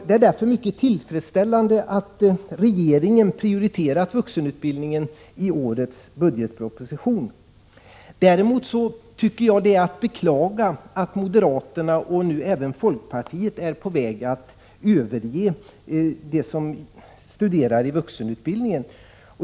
Det är därför mycket tillfredsställande att regeringen prioriterat vuxenutbildningen i årets budgetproposition. Däremot får man beklaga att moderaterna och nu även folkpartiet är på väg att överge dem som studerar inom vuxenutbildningen.